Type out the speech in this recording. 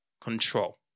control